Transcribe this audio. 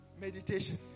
Meditation